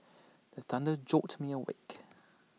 the thunder jolt me awake